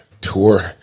tour